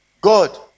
God